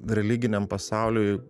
religiniam pasauliui